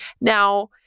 Now